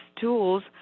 tools